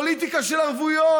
פוליטיקה של ערבויות.